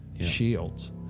shields